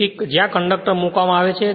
તેથી જ્યાં કંડક્ટર મૂકવામાં આવે છે